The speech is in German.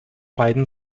beiden